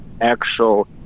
actual